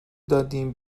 دادیم